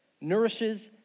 nourishes